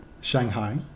Shanghai